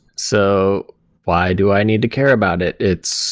so why do i need to care about it? it's